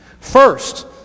First